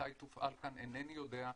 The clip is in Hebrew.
מתי תופעל כאן אינני יודע.